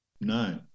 No